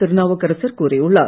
திருநாவுக்கரசர் கூறியுள்ளார்